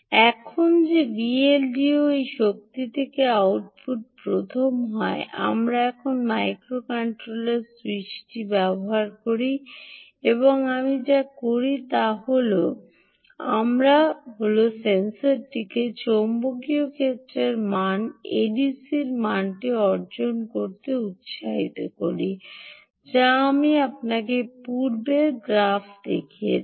এখন যে Vldo এই শক্তি থেকে আউটপুট প্রথম হয় আমরা এখন মাইক্রোকন্ট্রোলারটি স্যুইচ করি এবং আমরা যা করি তা হল আমরা হল সেন্সরটিকে চৌম্বকীয় ক্ষেত্রের মান এডিসি মানটি অর্জন করতে উত্সাহিত করি যা আমি আপনাকে পূর্বের গ্রাফে দেখিয়েছি